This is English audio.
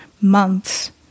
months